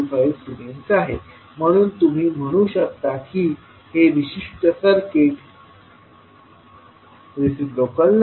25 siemens आहे म्हणून तुम्ही म्हणू शकता की हे विशिष्ट सर्किट रिसिप्रोकल नाही